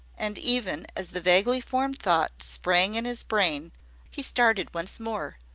and even as the vaguely formed thought sprang in his brain he started once more,